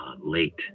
late